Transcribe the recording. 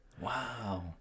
Wow